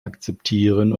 akzeptieren